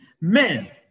Men